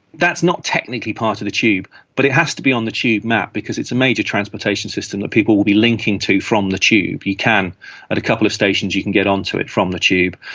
that's not technically part of the tube but it has to be on the tube map because it's a major trans-protection system that people will be linking to from the tube. you can, at a couple of stations you can get onto it from the tube.